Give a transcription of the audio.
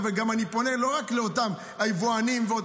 ואני גם פונה לא רק לאותם היבואנים ואותם